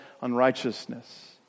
unrighteousness